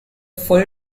full